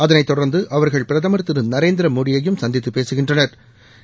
அதைத் தொடா்ந்து அவா்கள் பிரதமா் திரு நரேந்திரமோடியையும் சந்தித்து பேசுகின்றனா்